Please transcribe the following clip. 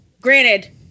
Granted